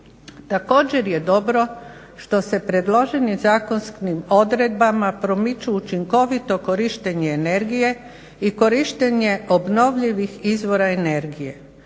Također je dobro što se predloženim zakonskim odredbama promiče učinkovito korištenje energije i korištenje obnovljivih izvora energije.